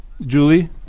Julie